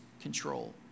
control